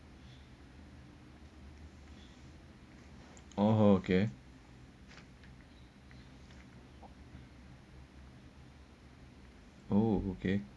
oh okay oh okay